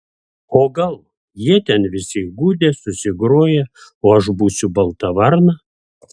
o gal jie ten visi įgudę susigroję o aš būsiu balta varna